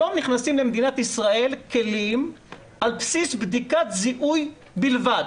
היום נכנסים למדינת ישראל כלים על בסיס בדיקת זיהוי בלבד.